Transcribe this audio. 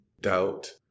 doubt